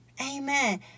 Amen